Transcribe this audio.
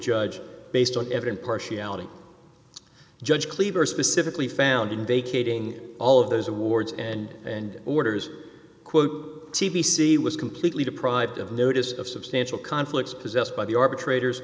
judge based on evident partiality judge kleber specifically found in vacating all of those awards and and orders quote t v c was completely deprived of notice of substantial conflicts possessed by the arbitrators